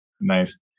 Nice